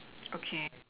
okay